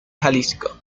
jalisco